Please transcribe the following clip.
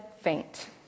faint